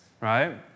right